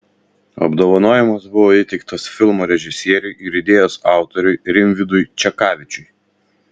apdovanojimas buvo įteiktas filmo režisieriui ir idėjos autoriui rimvydui čekavičiui